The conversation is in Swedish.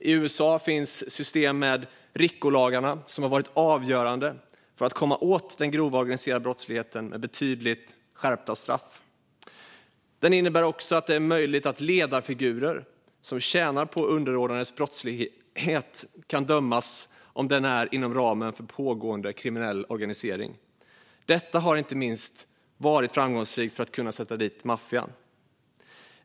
I USA har RICO-lagarna varit avgörande för att komma åt den grova organiserade brottsligheten med betydligt skärpta straff. Det innebär också att ledarfigurer som tjänar på underordnades brottslighet kan dömas om det sker inom ramen för pågående kriminell organisering. Detta har inte minst varit framgångsrikt för att kunna sätta dit maffian.